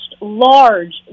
large